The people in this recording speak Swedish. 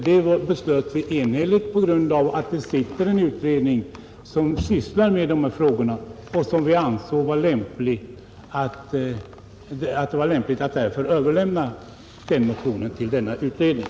Det beslöt vi enhälligt på grund av att det sitter en utredning som sysslar med dessa frågor; vi ansåg att det var lämpligt att överlämna den motionen till denna utredning.